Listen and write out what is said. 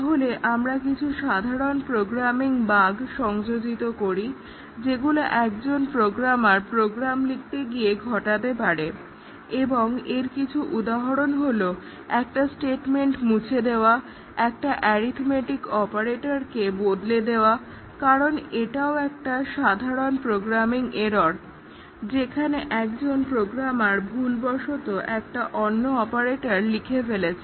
তাহলে আমরা কিছু সাধারণ প্রোগ্রামিং বাগ্ সংযোজিত করি যেগুলো একজন প্রোগ্রামার প্রোগ্রাম লিখতে গিয়ে ঘটাতে পারে এবং এর কিছু উদাহরণ হলো একটা স্টেটমেন্ট মুছে দেওয়া একটা অ্যারিথমেটিক অপারেটরকে বদলে দেওয়া কারণ এটাও একটা সাধারণ প্রোগ্রামিং এরর্ যেখানে একজন প্রোগ্রামার ভুলবশত একটা অন্য অপারেটর লিখে ফেলেছে